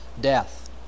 death